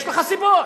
יש לך סיבות.